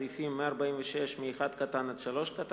סעיפים 146(1) (3),